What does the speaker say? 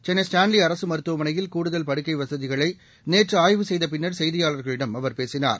Chennai Stanley அரசு மருத்துவமனையில் கூடுதல் படுக்கை வசதிகளை நேற்று ஆய்வு செய்த பின்னர் செய்தியாளர்களிடம் அவர் பேசினார்